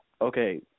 okay